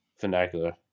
Vernacular